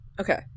Okay